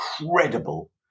incredible